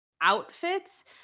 outfits